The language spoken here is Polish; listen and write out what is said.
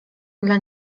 dla